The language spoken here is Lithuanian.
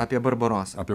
apie barbarosą